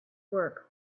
work